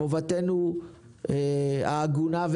חובתנו ההגונה,